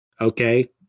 okay